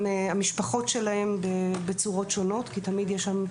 והמשפחות שלהם בצורות שונות כי יש שם תמיד,